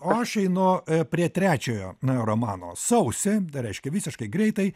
o aš einu prie trečiojo romano sausį tai reiškia visiškai greitai